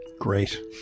Great